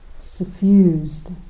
suffused